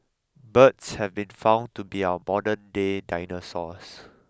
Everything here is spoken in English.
birds have been found to be our modernday dinosaurs